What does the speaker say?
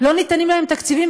לא ניתנים להם תקציבים,